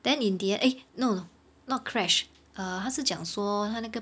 then in the eh no not crash 他是讲说他那个